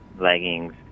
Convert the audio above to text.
leggings